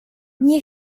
nie